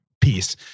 piece